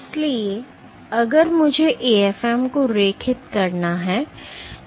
इसलिए अगर मुझे AFM को रेखित करना था